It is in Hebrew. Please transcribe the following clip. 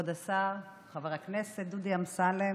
כבוד השר, חבר הכנסת דודי אמסלם,